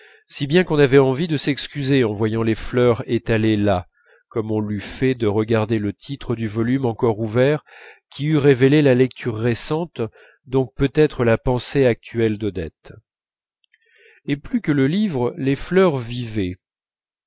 si bien qu'on avait envie de s'excuser en voyant les fleurs étalées là comme on l'eût fait de regarder le titre du volume encore ouvert qui eût révélé la lecture récente donc peut-être la pensée actuelle d'odette et plus que le livre les fleurs vivaient